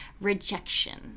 rejection